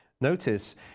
Notice